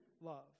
love